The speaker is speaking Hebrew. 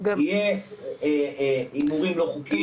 אז יהיו הימורים לא חוקיים.